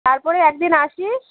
তারপরে এক দিন আসিস